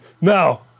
No